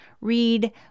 read